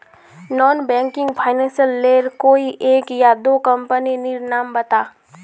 Non banking financial लेर कोई एक या दो कंपनी नीर नाम बता?